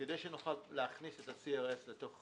כדי שנוכל להכניס את ה-CRS לתוך